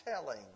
telling